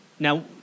Now